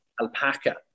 alpaca